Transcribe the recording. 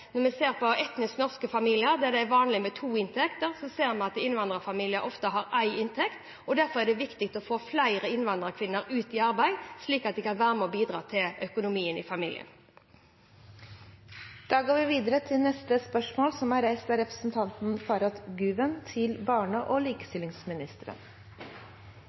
Vi vet at der det i etnisk norske familier er vanlig med to inntekter, ser vi at innvandrerfamilier ofte har én inntekt, og derfor er det viktig å få flere innvandrerkvinner ut i arbeid, slik at de kan være med og bidra til økonomien i familien. Spørsmålet mitt går til barne- og likestillingsministeren: «I henhold til SSB-tall fra mars har Trondheim 6,9 pst. fattige barn. Til